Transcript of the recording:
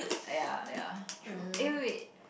!aiya! ya true eh wait wait